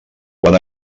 quan